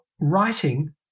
writing